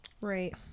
Right